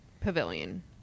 pavilion